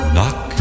Knock